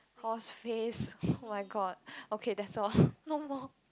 horse face oh-my-god okay that's all no more